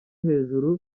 hejuru